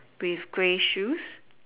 with grey shoes